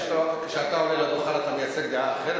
כשאתה עולה לדוכן אתה מייצג דעה אחרת,